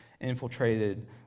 infiltrated